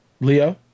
Leo